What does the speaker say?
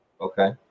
Okay